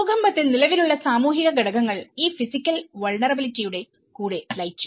ഭൂകമ്പത്തിൽ നിലവിലുള്ള സാമൂഹിക ഘടകങ്ങൾ ഈ ഫിസിക്കൽ വൾനെറബിലിറ്റിയുടെ കൂടെ ലയിച്ചു